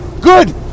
Good